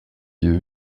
you